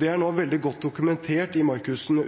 Det er nå veldig godt dokumentert